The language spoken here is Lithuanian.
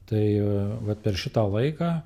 tai vat per šitą laiką